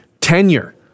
tenure